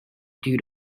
due